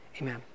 Amen